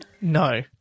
No